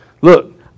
Look